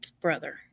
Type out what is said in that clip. brother